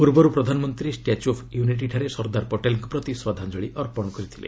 ପୂର୍ବରୁ ପ୍ରଧାନମନ୍ତ୍ରୀ statue of unity ଠାରେ ସର୍ଦ୍ଦାର ପଟେଲଙ୍କ ପ୍ରତି ଶ୍ରଦ୍ଧାଞ୍ଜଳି ଅର୍ପଣ କରିଥିଲେ